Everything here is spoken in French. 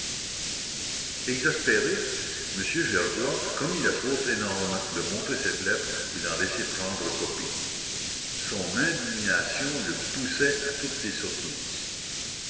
exaspéré m gerbois commit la faute énorme de montrer cette lettre et d'en laisser prendre copie son indignation le poussait à toutes les sottises